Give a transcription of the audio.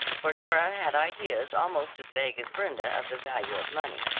for nora had ideas almost as vague as brenda of the value of money.